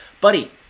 buddy